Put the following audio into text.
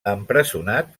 empresonat